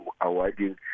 awarding